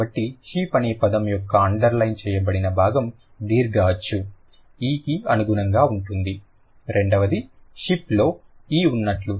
కాబట్టి షీప్ అనే పదం యొక్క అండర్లైన్ చేయబడిన భాగం దీర్ఘ అచ్చు ఈ కి అనుగుణంగా ఉంటుంది రెండవది షిప్ లో ఇ ఉన్నట్లు